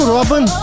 Robin